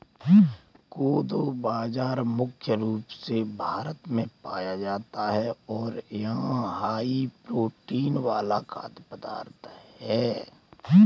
कोदो बाजरा मुख्य रूप से भारत में पाया जाता है और यह हाई प्रोटीन वाला खाद्य पदार्थ है